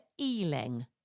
Ealing